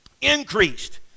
Increased